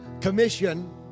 commission